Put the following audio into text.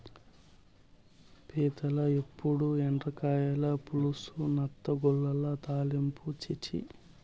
పీతల ఏపుడు, ఎండ్రకాయల పులుసు, నత్తగుల్లల తాలింపా ఛీ ఛీ